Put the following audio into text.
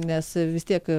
nes vis tiek